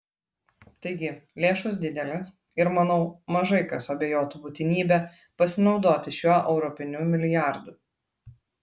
taigi lėšos didelės ir manau mažai kas abejotų būtinybe pasinaudoti šiuo europiniu milijardu